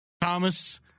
Thomas